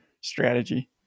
strategy